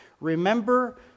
Remember